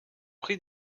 pris